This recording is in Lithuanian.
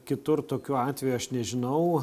kitur tokių atvejų aš nežinau